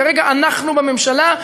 כרגע אנחנו בממשלה,